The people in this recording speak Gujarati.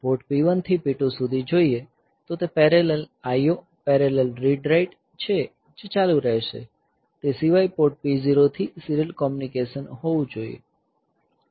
પોર્ટ P1 થી P2 સુધી જોઈએ તો તે parallel IO parallel read write છે જે ચાલુ રહેશે તે સિવાય પોર્ટ P0 થી સીરીયલ કોમ્યુનિકેશન હોવું જોઈએ